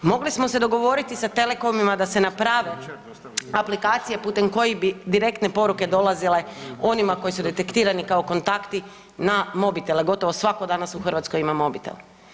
Mogli smo se dogovoriti sa telekomima da se naprave aplikacije putem kojih bi direktne poruke dolazile onima koji su detektirani kao kontakti na mobitele, gotovo svako danas u Hrvatskoj ima mobitel.